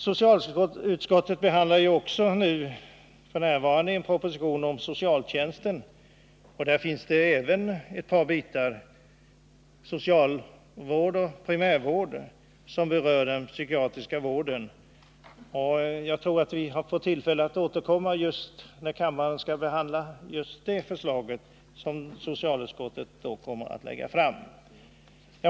Socialutskottet behandlar f. n. en proposition om socialtjänsten, där det även finns ett par avsnitt om socialvård och primärvård som rör den psykiatriska vården. Jag tror vi får tillfälle att återkomma när kammaren skall behandla just det förslag som socialutskottet kommer att lägga fram.